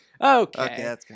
okay